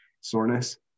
soreness